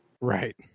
right